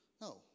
No